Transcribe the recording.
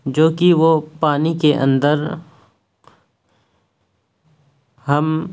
جو کہ وہ پانی کے اندر ہم